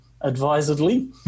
advisedly